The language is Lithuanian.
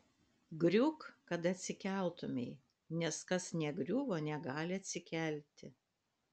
griūk kad atsikeltumei nes kas negriuvo negali atsikelti